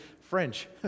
French